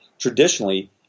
Traditionally